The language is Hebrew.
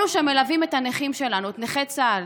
הם אלו שמלווים את הנכים שלנו, את נכי צה"ל.